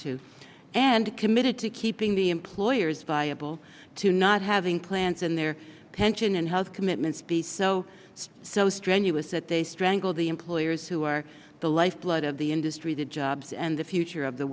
to and committed to keeping the employers viable to not having plans in their pension and health commitments be so so strenuous that they strangle the employers who are the lifeblood of the industry the jobs and the future of the